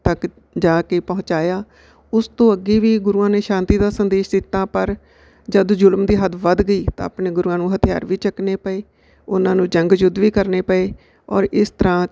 ਤੱਕ ਜਾ ਕੇ ਪਹੁੰਚਾਇਆ ਉਸ ਤੋਂ ਅੱਗੇ ਵੀ ਗੁਰੂਆਂ ਨੇ ਸ਼ਾਂਤੀ ਦਾ ਸੰਦੇਸ਼ ਦਿੱਤਾ ਪਰ ਜਦ ਜ਼ੁਲਮ ਦੀ ਹੱਦ ਵੱਧ ਗਈ ਤਾਂ ਆਪਣੇ ਗੁਰੂਆਂ ਨੂੰ ਹਥਿਆਰ ਵੀ ਚੱਕਣੇ ਪਏ ਉਹਨਾਂ ਨੂੰ ਜੰਗ ਯੁੱਧ ਵੀ ਕਰਨੇ ਪਏ ਔਰ ਇਸ ਤਰ੍ਹਾਂ